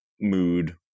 mood